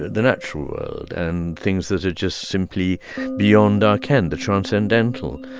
the natural world and things that are just simply beyond our ken, the transcendental.